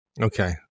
Okay